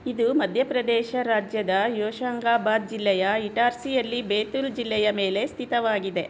ಇದು ಮಧ್ಯಪ್ರದೇಶ ರಾಜ್ಯದ ಯೋಶಂಗಾಬಾದ್ ಜಿಲ್ಲೆಯ ಇಟಾರ್ಸಿಯಲ್ಲಿ ಬೇತುಲ್ ಜಿಲ್ಲೆಯ ಮೇಲೆ ಸ್ಥಿತವಾಗಿದೆ